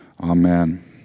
Amen